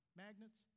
magnets